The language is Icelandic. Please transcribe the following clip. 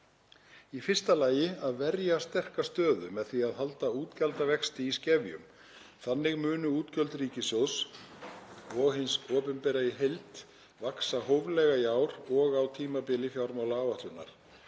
Í fyrsta lagi að verja sterka stöðu með því að halda útgjaldavexti í skefjum. Þannig munu útgjöld ríkissjóðs og hins opinbera í heild vaxa hóflega í ár og á tímabili fjármálaáætlunar.